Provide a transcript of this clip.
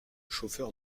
chauffeur